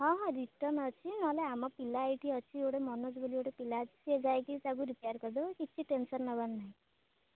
ହଁ ହଁ ରିଟର୍ଣ୍ଣ ଅଛି ନହେଲେ ଆମ ପିଲା ଏଇଠି ଅଛି ଗୋଟେ ମନୋଜ ବୋଲି ଗୋଟେ ପିଲା ଅଛି ସେ ଯାଇକି ତା'କୁ ରିପେୟାର୍ କରିଦେବ କିଛି ଟେନ୍ସନ୍ ନେବାର ନାହିଁ